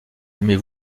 aimez